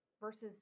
versus